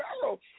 girl